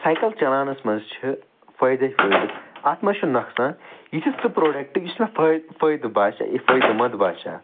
cycle چَلاونَس مَنٛز چھِ فٲیدٔے فٲیدٕ اتھ مَنٛز چھُنہٕ نۄقصان یہِ چھُ سُہ پرٛوڈَکٹہٕ یُس مےٚ فٲیدٕ باسیٚاو یہِ فٲیدٕ منٛد باسیٚاو اَکھ